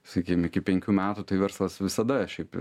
sakykim iki penkių metų tai verslas visada šiaip